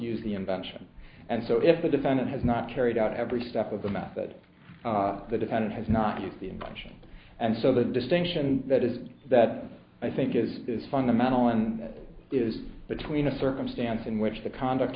use the invention and so if the defendant has not carried out every step of the method the defendant has not used the in question and so the distinction that is that i think is is fundamental and is between a circumstance in which the conduct